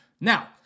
Now